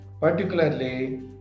particularly